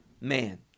man